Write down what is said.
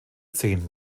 zehn